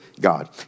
God